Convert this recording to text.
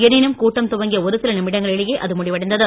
எனினும் கூட்டம் துவங்கிய ஒருசில நிமிடங்களிலேயே அது முடிவடைந்தது